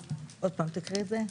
עוד פעם, תקריא את זה.